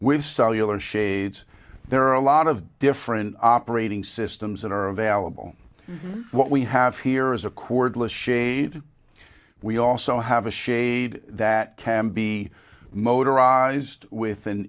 with cellular shades there are a lot of different operating systems that are available what we have here is a cordless shade we also have a shade that can be motorized with an